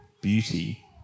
beauty